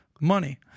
money